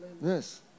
Yes